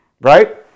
right